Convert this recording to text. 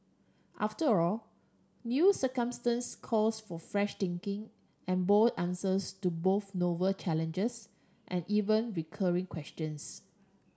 after all new circumstance calls for fresh thinking and bold answers to both novel challenges and even recurring questions